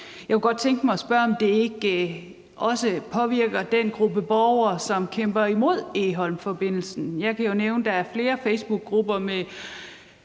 Jeg kunne godt tænke mig at spørge, om det ikke også påvirker den gruppe borgere, som kæmper imod Egholmforbindelsen. Jeg kan jo nævne, at der er flere facebookgrupper med